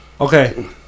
Okay